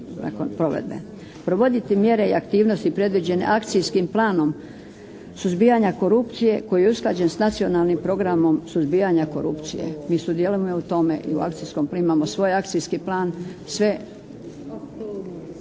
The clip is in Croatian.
provedbe. Provoditi mjere i aktivnosti predviđene Akcijskim planom suzbijanja korupcije koji je usklađen s Nacionalnim programom suzbijanja korupcije. Mi sudjelujemo i u tome i u akcijskom primamo, svoj akcijski plan